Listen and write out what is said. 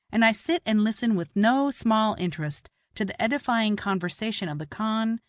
and i sit and listen with no small interest to the edifying conversation of the khan,